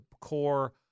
core